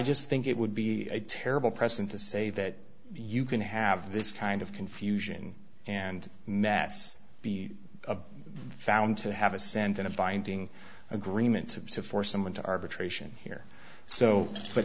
just think it would be a terrible precedent to say that you can have this kind of confusion and mess be found to have a cent in a binding agreement to force someone to arbitration here so but